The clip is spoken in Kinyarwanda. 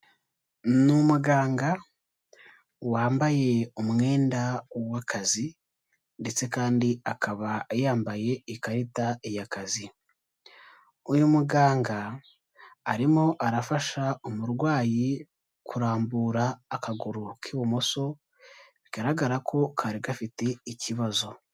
Ni umuganga wambaye umwenda wo mu kazi ndetse kandi akaba yambaye ikarita y'akazi, uyu muganga arimo arafasha umurwayi kurambura akaguru k'ibumoso, bigaragara ko kari gafite ikibazo.